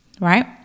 right